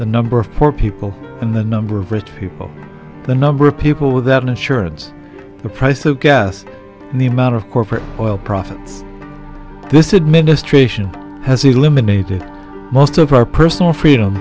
the number of poor people and the number of rich people the number of people without insurance the price of gas and the amount of corporate oil profits this administration has eliminated most of our personal freedom